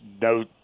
no